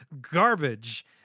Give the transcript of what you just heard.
garbage